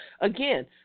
again